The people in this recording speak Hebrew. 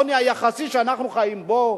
העוני היחסי שאנחנו חיים בו,